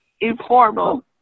Informal